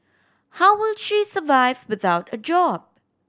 how will she survive without a job